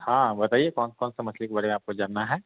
हाँ बताइए कौन कौन सा मछली के बारे में आपको जानना है